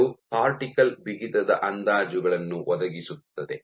ಇದು ಕಾರ್ಟಿಕಲ್ ಬಿಗಿತದ ಅಂದಾಜುಗಳನ್ನು ಒದಗಿಸುತ್ತದೆ